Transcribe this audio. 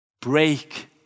Break